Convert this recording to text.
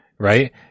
Right